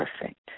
perfect